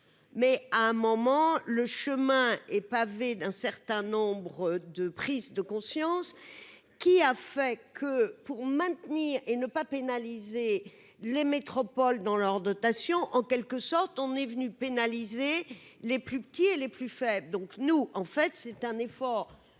mais à un moment, le chemin est pavé d'un certain nombre de prise de conscience qui a fait que pour maintenir et ne pas pénaliser les métropoles dans leurs dotations en quelque sorte, on est venu pénaliser les plus petits et les plus faibles, donc nous en fait, c'est un effort